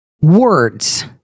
words